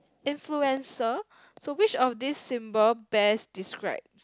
influencer so which of these symbol best describes